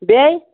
بیٚیہِ